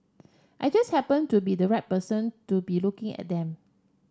I just happened to be the right person to be looking at them